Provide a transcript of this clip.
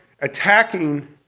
attacking